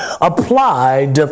applied